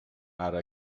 ara